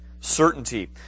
certainty